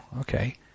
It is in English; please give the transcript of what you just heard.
okay